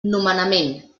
nomenament